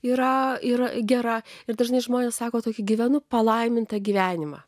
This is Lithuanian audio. yra yra gera ir dažnai žmonės sako tokį gyvenu palaimintą gyvenimą